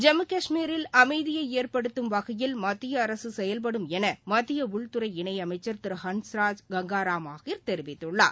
ஜம்மு கஷ்மீரில் அமைதியை ஏற்படுத்தும் வகையில் மத்திய அரசு செயல்படும் என மத்திய உள்துறை இணையமைச்சர் திரு ஹன்ஸ்ராஜ் கங்காராம் ஆஹிர் தெரிவித்துள்ளார்